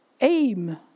aim